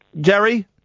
Jerry